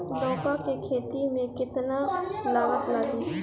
लौका के खेती में केतना लागत लागी?